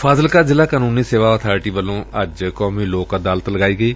ਫਾਜ਼ਿਲਕਾ ਜ਼ਿਲ੍ਹਾ ਕਾਨੁੰਨੀ ਸੇਵਾ ਅਬਾਰਟੀ ਵੱਲੋਂ ਅੱਜ ਕੌਮੀ ਲੋਕ ਅਦਾਲਤ ਲਗਾਈ ਗਈ